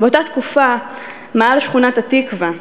באותה תקופה מאהל שכונת-התקווה,